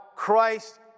Christ